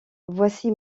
voici